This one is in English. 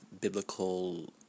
biblical